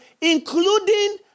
including